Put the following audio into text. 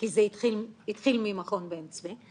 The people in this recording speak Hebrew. כי זה התחיל ממכון בן צבי,